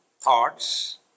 thoughts